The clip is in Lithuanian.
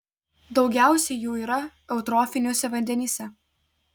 daugiausiai jų yra eutrofiniuose vandenyse